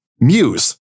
Muse